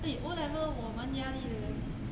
eh O level 我蛮压力的 leh